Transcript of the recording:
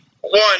one